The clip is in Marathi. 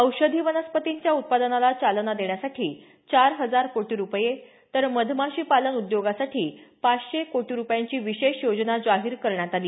औषधी वनस्पतींच्या उत्पादनाला चालना देण्यासाठी चार हजार कोटी रुपये तर मधमाशी पालन उद्योगासाठी पाचशे कोटी रुपयांची विशेष योजना जाहीर करण्यात आली